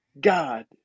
God